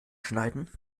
schneiden